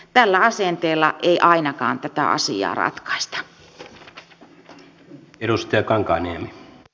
tällä asenteella ei ainakaan tätä asiaa ratkaista